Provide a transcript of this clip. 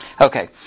Okay